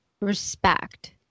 respect